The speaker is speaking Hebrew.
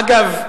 אגב,